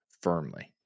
Firmly